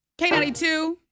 K92